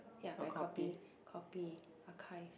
ya I copy copy archive